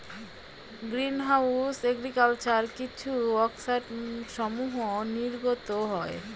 green house agriculture কিছু অক্সাইডসমূহ নির্গত হয়